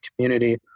community